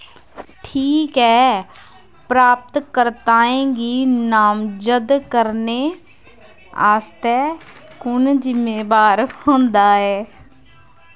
ठीक ऐ प्राप्तकर्ताएं गी नामजद करने आस्तै कु'न जिम्मेवार होंदा ऐ